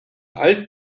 alt